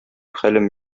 хәлем